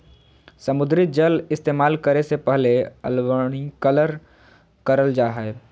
समुद्री जल इस्तेमाल करे से पहले अलवणीकरण करल जा हय